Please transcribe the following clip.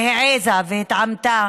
שהעזה והתעמתה